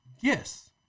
Yes